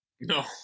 No